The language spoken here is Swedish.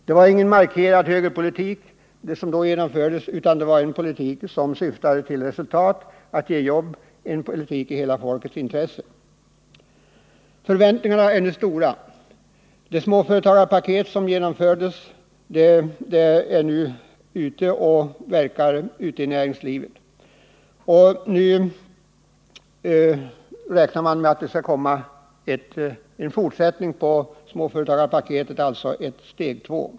Det var ingen markerad högerpolitik som då fördes utan en politik som syftade till resultat och till att ge jobb, en politik i hela folkets intresse. Förväntningarna är alltså stora. Det småföretagarpaket som presenterades av trepartiregeringen verkar nu i näringslivet. Man förväntar nu att det skall komma en fortsättning på småföretagarpaketet, alltså ett steg 2.